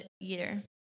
eater